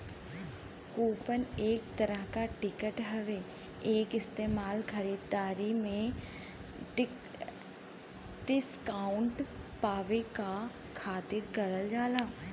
coupon एक तरह क टिकट हउवे एक इस्तेमाल खरीदारी में डिस्काउंट पावे क खातिर करल जाला